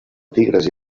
tigres